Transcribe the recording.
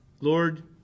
Lord